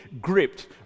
gripped